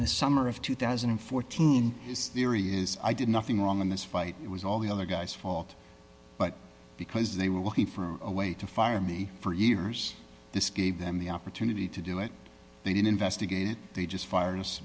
the summer of two thousand and fourteen is theory is i did nothing wrong in this fight it was all the other guy's fault but because they were looking for a way to fire me for years this gave them the opportunity to do it they didn't investigate it they just fire